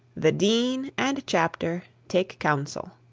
the dean and chapter take counsel